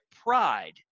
pride